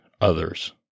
others